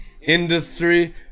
industry